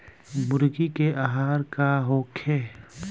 मुर्गी के आहार का होखे?